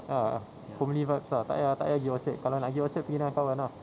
ah homely vibes ah tak payah tak payah pergi tasik kalau nak pergi tasik pergi dengan kawan ah